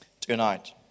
tonight